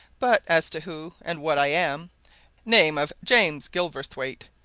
but as to who and what i am name of james gilverthwaite.